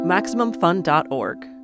MaximumFun.org